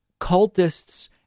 cultists